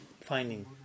finding